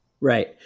Right